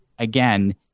Again